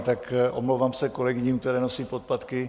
Tak omlouvám se kolegyním, které nosí podpatky.